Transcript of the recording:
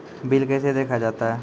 Bill कैसे देखा जाता हैं?